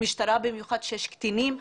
במיוחד כשיש קטינים.